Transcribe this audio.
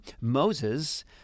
Moses